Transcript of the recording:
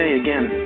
again